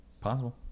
Possible